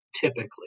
Typically